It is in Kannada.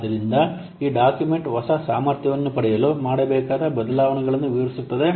ಆದ್ದರಿಂದ ಈ ಡಾಕ್ಯುಮೆಂಟ್ ಹೊಸ ಸಾಮರ್ಥ್ಯವನ್ನು ಪಡೆಯಲು ಮಾಡಬೇಕಾದ ಬದಲಾವಣೆಗಳನ್ನು ವಿವರಿಸುತ್ತದೆ